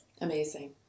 Amazing